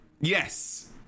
yes